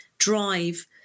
drive